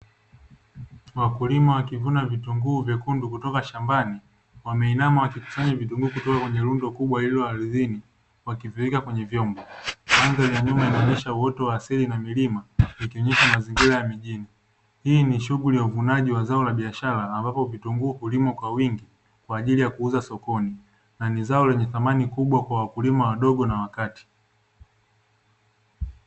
Wakulima wakilima vitunguu vyekundu kutoka katika shambani, wameinama wakikusanya vitunguu kutoka kwenye rundo kubwa lililoardhini vikiwekwa kwenye vyombo. Mandhari ya nyuma inaonesha uwoto wa asili na milima ikionesha mazingira ya mjini. Hili ni shughuli ya zao la biashara ambapo, zao la biashara hulimwa kwa wingi kwa ajili y kuuza sokoni na ni zao lenye thamani kubwa kwa wakulima wadogo na wakati.